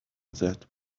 that